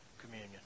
communion